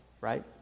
right